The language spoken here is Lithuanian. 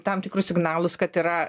tam tikrus signalus kad yra